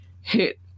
hit